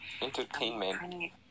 entertainment